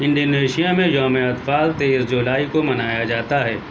Indonesia میں یوم اطفال تیئس جولائی کو منایا جاتا ہے